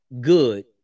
good